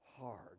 hard